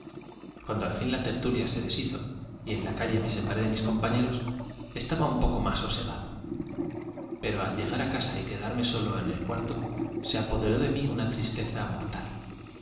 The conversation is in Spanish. cuando al fin la tertulia se deshizo y en la calle me separé de mis compañeros estaba un poco más sose gado pero al llegar á casa y quedarme solo en el cuarto se apoderó de mí una tristeza mortal